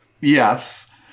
Yes